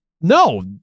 no